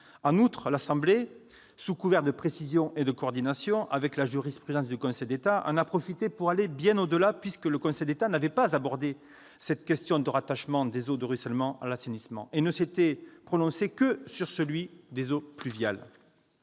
nationale, sous couvert de précision et de coordination avec la jurisprudence du Conseil d'État, en a profité pour aller bien au-delà, puisque le Conseil d'État n'avait pas abordé cette question des eaux de ruissellement et ne s'était prononcé que sur les eaux pluviales.